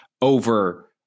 over